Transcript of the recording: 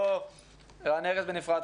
לא רן ארז בנפרד,